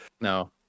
No